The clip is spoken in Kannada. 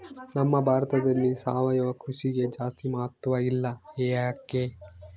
ನಮ್ಮ ಭಾರತದಲ್ಲಿ ಸಾವಯವ ಕೃಷಿಗೆ ಜಾಸ್ತಿ ಮಹತ್ವ ಇಲ್ಲ ಯಾಕೆ?